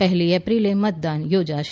પહેલી એપ્રિલે મતદાન યોજાશે